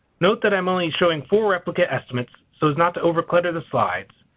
note that i'm only showing four replicate estimates so as not to overclutter the slides.